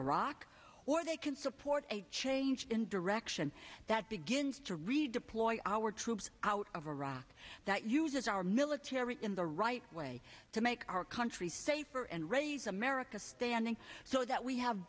iraq or they can support a change in direction that begins to redeploy our troops out of iraq that uses our military in the right way to make our country safer and raise america's standing so that we have